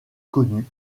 connu